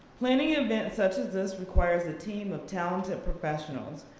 planning events such as this requires a team of talented professionals.